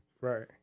right